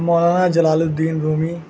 Maulana Jalaluddin Rumi